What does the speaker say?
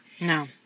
No